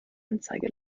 anzeige